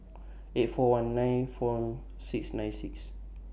eight four one nine four six nine six